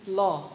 law